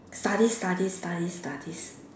study study study study